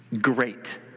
great